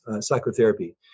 psychotherapy